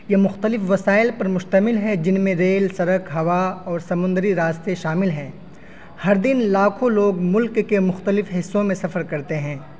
یہ مختلف وسائل پر مشتمل ہے جن میں ریل سڑک ہوا اور سمندری راستے شامل ہیں ہر دن لاکھوں لوگ ملک کے مختلف حصوں میں سفر کرتے ہیں